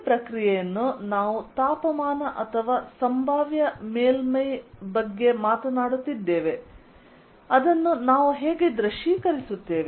ಈ ಪ್ರಕ್ರಿಯೆಯನ್ನು ನಾವು ತಾಪಮಾನ ಅಥವಾ ಸಂಭಾವ್ಯ ಮೇಲ್ಮೈ ಬಗ್ಗೆ ಮಾತನಾಡುತ್ತಿದ್ದೇವೆ ಅದನ್ನು ನಾವು ಹೇಗೆ ದೃಶ್ಯೀಕರಿಸುತ್ತೇವೆ